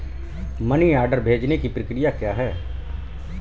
Money order भेजने की प्रक्रिया क्या है?